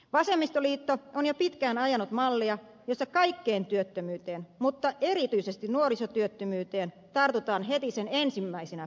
vasemmistoliitto on jo pitkään ajanut mallia jossa kaikkeen työttömyyteen mutta erityisesti nuorisotyöttömyyteen tartutaan heti sen ensimmäisinä päivinä